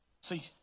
See